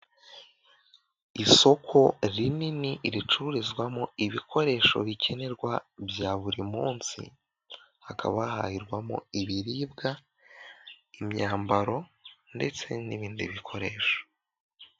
Isoko rinini ricururizwamo ibikoresho bikenerwa bya buri munsi hakaba hahirwamo ibiribwa, imyambaro ndetse n'ibindi bikoresho.